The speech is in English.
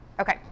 okay